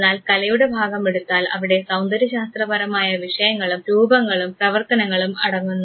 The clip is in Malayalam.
എന്നാൽ കലയുടെ ഭാഗം എടുത്താൽ അവിടെ സൌന്ദര്യശാസ്ത്രപരമായ വിഷയങ്ങളും രൂപങ്ങളും പ്രവർത്തനങ്ങളും അടങ്ങുന്നു